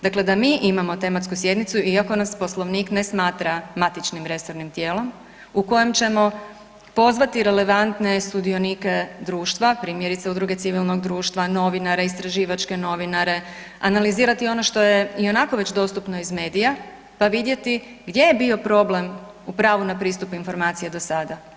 Dakle da mi imamo tematsku sjednicu iako nas Poslovnik ne smatra matičnim resornim tijelom u kojem ćemo pozvati relevantne sudionike društva, primjerice, udruge civilnog društva, novinare, istraživačke novinare, analizirati ono što je ionako već dostupno iz medija pa vidjeti gdje je bio problem u pravu na pristup informacija do sada.